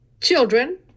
children